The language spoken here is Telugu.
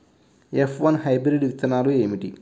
ఎఫ్ వన్ హైబ్రిడ్ విత్తనాలు ఏమిటి?